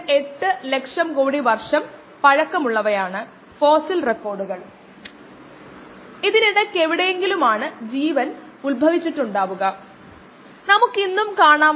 ഒരൊറ്റ കോശങ്ങളുടെ സസ്പെൻഷന് ഇത്തരത്തിലുള്ള ഒരു പെരുമാറ്റം ബാധകമാണ് കോശങ്ങൾ വെവ്വേറെ ഒന്നിച്ച് ചേർന്നിട്ടില്ല എന്നിങ്ങനെ പോകുന്നു